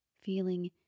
Feeling